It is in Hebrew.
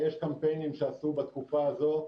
יש קמפיינים שעשו בתקופה הזאת.